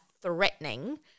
threatening